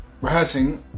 rehearsing